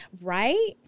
Right